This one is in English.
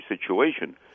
situation